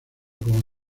como